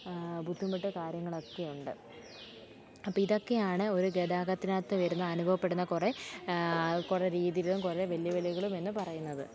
ബുദ്ധിമുട്ട് കാര്യങ്ങളൊക്കെ ഉണ്ട് അപ്പം ഇതൊക്കെയാണ് ഒരു ഗതാഗതത്തിനകത്തു വരുന്ന അനുഭവപ്പെടുന്ന കുറേ കുറേ രീതിക്കും കുറേ വെല്ലു വിളികളും എന്നു പറയുന്നത്